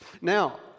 Now